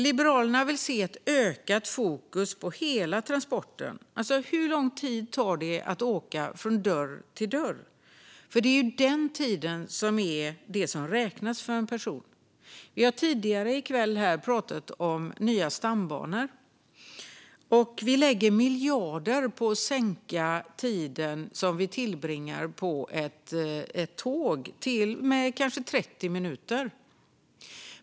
Liberalerna vill se ett ökat fokus på hela transporten, alltså hur lång tid det tar att åka från dörr till dörr. Det är ju den tiden som räknas för en person. Vi har tidigare i dag pratat om nya stambanor. Man lägger miljarder på att korta tiden som tillbringas på tåg med kanske 30 minuter.